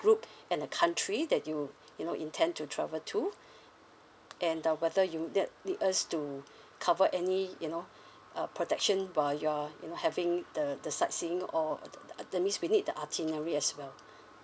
group and the country that you you know intend to travel to and uh whether you ne~ need us to cover any you know uh protection while you're you know having the the sightseeing or th~ th~ mis~ we need the itinerary as well